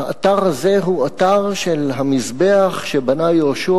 שהאתר הזה הוא האתר של המזבח שבנו יהושע